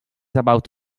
about